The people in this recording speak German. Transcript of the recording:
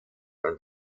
und